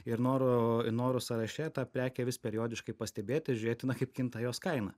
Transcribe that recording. ir noro ir norų sąraše tą prekę vis periodiškai pastebėti ir žiūrėti na kaip kinta jos kaina